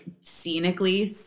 scenically